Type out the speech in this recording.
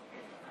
נגד,